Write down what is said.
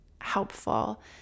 helpful